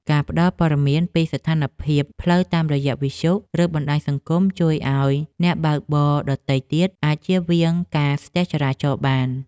ការផ្ដល់ព័ត៌មានពីស្ថានភាពផ្លូវតាមរយៈវិទ្យុ ឬបណ្ដាញសង្គមជួយឱ្យអ្នកបើកបរដទៃទៀតអាចជៀសវាងការស្ទះចរាចរណ៍បាន។